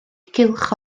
gylch